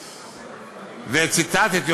וציטטתי,